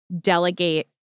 delegate